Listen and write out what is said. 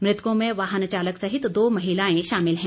मृतकों में वाहन चालक सहित दो महिलाएं शामिल हैं